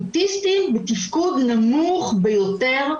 ההשכלה לאוטיסטים בתפקוד נמוך ביותר?